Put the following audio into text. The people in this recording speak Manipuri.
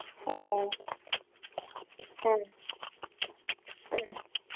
ꯑꯣ ꯑꯥ ꯑꯥ